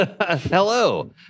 Hello